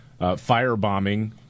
firebombing